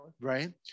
right